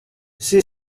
she